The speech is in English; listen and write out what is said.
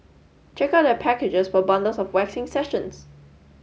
check out their packages for bundles of waxing sessions